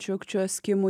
čiukčių eskimų